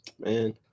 Man